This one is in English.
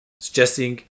suggesting